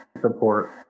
Support